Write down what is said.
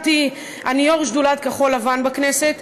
אני יושב-ראש שדולת "כחול-לבן" בכנסת,